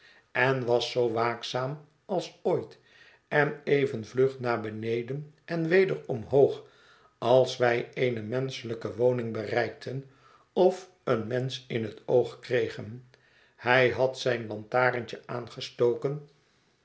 en was zoo waakzaam als ooit en even vlug naar beneden en weder omhoog als wij eene menschelijke woning bereikten of een mensch in het oog kregen hij had zijn lantaarntj e aangestoken